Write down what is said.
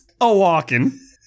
a-walking